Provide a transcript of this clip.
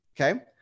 Okay